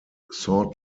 sought